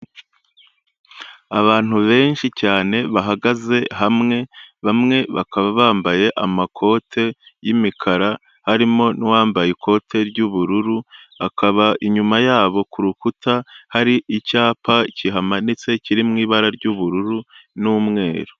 Abantu benshi cyane bahagaze hamwe, bamwe bakaba bambaye amakote y'imikara harimo n'uwambaye ikote ry'ubururu, hakaba inyuma yabo ku rukuta hari icyapa kihamanitse kiri mu ibara ry'ubururu n'umweru.